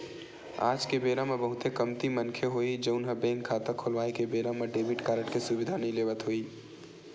आज के बेरा म बहुते कमती मनखे होही जउन ह बेंक खाता खोलवाए के बेरा म डेबिट कारड के सुबिधा नइ लेवत होही